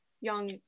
young